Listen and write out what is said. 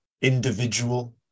individual